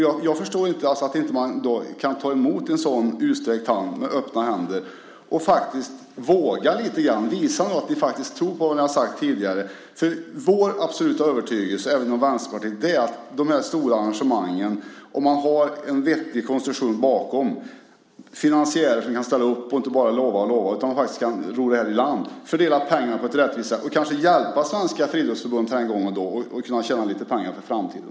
Jag förstår inte att man då inte kan ta emot en sådan utsträckt hand och faktiskt våga lite grann. Visa nu att ni faktiskt tror på vad ni har sagt tidigare! Vår absoluta övertygelse, även från Vänsterpartiet, är att det när det gäller de här stora arrangemangen handlar om att det finns en vettig konstruktion bakom, att det finns finansiärer som kan ställa upp, att man inte bara lovar och lovar utan faktiskt kan ro det här i land, att man fördelar pengarna på ett rättvist sätt och den här gången kanske hjälper Svenska Friidrottsförbundet att tjäna lite pengar för framtiden.